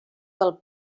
del